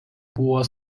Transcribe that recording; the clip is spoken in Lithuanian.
buvo